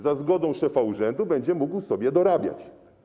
Za zgodą szefa urzędu będzie mógł sobie dorabiać.